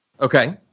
Okay